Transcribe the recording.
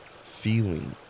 feeling